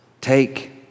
take